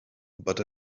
but